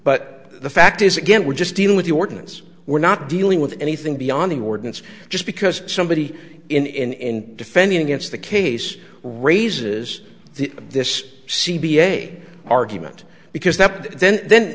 but the fact is again we're just dealing with the ordinance we're not dealing with anything beyond the ordinance just because somebody in defending against the case raises the this c b a argument because that then